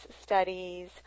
studies